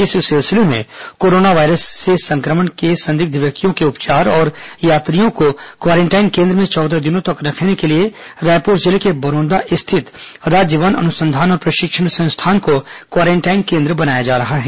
इस सिलसिले में कोरोना वायरस से संक्रमण के संदिग्ध व्यक्तियों के उपचार और यात्रियों को क्वारेंटाइन केन्द्र में चौदह दिनों तक रखने के लिए रायपुर जिले के बरौदा स्थित राज्य वन अनुसंधान और प्रशिक्षण संस्थान को क्वारेंटाइन केन्द्र बनाया जा रहा है